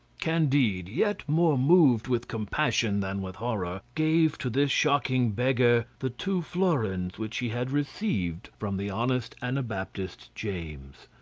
candide, yet more moved with compassion than with horror, gave to this shocking beggar the two florins which he had received from the honest anabaptist james.